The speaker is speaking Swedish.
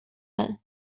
mig